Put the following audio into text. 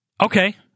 Okay